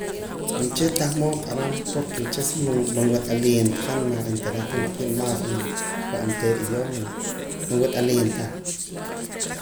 Uche' tah mood nq'aram porque uche' sí man wat'aliim ta han ma han ta más reh oontera idioma man wat'aliim ta.